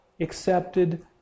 accepted